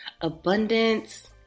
abundance